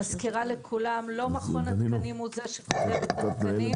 אני מזכירה לכולם שלא מכון התקנים הוא זה שקובע את התקנים,